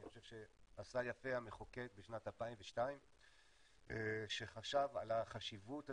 אני חושב שעשה יפה המחוקק בשנת 2002 שחשב על החשיבות הזאת,